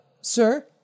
sir